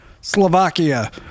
Slovakia